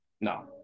No